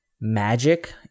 magic